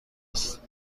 است